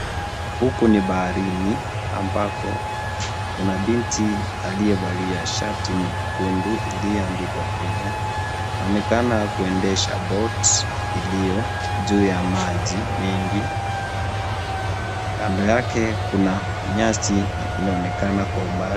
Huku ni baharini ambako kuna binti aliyevalia shatinyekundu iliyoandikwa Kenya. Inaonekana kuendesha boti iliyo juu ya maji mengi. Kando yake kuna nyasi inaonekana kwa umbali.